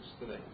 today